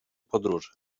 podróży